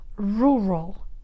rural